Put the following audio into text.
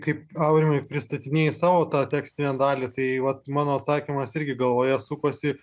kaip aurimai pristatinėjai savo tą tekstinę dalį tai vat mano atsakymas irgi galvoje sukosi